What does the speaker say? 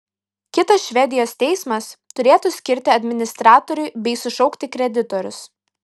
kitas švedijos teismas turėtų skirti administratorių bei sušaukti kreditorius